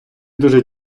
дуже